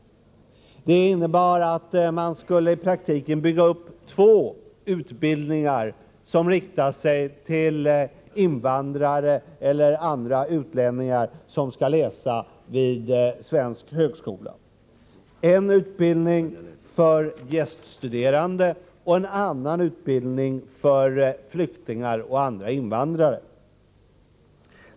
Det innebar att man i praktiken skulle bygga upp två utbildningar, som riktade sig till invandrare och andra utlänningar som skall läsa vid svensk högskola — en utbildning för gäststuderande och en annan utbildning för flyktingar och andra invandrare.